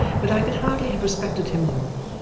but i could hardly have respected him more,